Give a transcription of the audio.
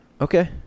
Okay